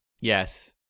Yes